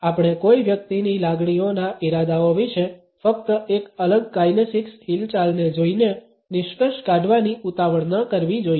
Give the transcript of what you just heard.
આપણે કોઈ વ્યક્તિની લાગણીઓના ઇરાદાઓ વિશે ફક્ત એક અલગ કાઇનેસિક્સ હિલચાલને જોઈને નિષ્કર્ષ કાઢવાની ઉતાવળ ન કરવી જોઈએ